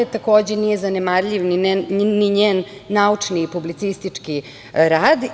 Takođe nije zanemarljiv ni njen naučni publicistički rad.